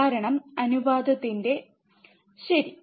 കാരണം അനുപാതത്തിന്റെ ശരി